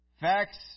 facts